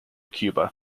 cuba